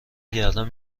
گردن